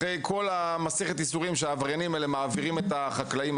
אחרי כל מסכת הייסורים שאותם עבריינים מעבירים את החקלאים,